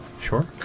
Sure